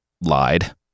lied